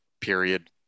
period